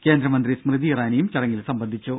കേന്ദ്രമന്ത്രി സ്മൃതി ഇറാനിയും ചടങ്ങിൽ സംബന്ധിച്ചു